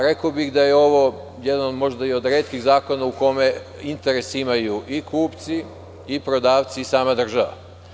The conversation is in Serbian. Rekao bih da je ovo jedan od možda retkih zakona u kome interes imaju i kupci i prodavci i sama država.